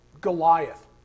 Goliath